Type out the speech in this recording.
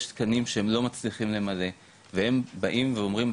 יש תקנים שהם לא מצליחים למלא והם באים ואומרים,